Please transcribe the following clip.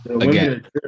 again